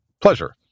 pleasure